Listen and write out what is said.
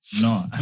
No